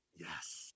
Yes